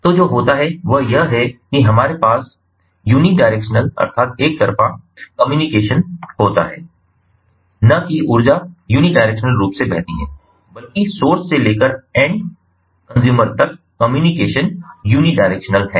तो जो होता है वह यह है कि हमारे पास यूनिडायरेक्शनलएक तरफ़ा कम्युनिकेशन होता है न कि ऊर्जा यूनिडायरेक्शनल रूप से बहती है बल्कि सोर्स से लेकर एंड अंतिम कंज्यूमर्स तक कम्युनिकेशन यूनिडायरेक्शनल है